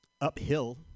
uphill